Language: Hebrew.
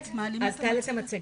שלום וברכה, הגענו לשלב של חקיקת